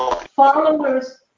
followers